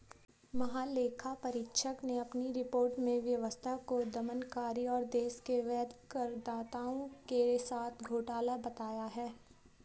महालेखा परीक्षक ने अपनी रिपोर्ट में व्यवस्था को दमनकारी और देश के वैध करदाताओं के साथ घोटाला बताया है